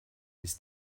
ist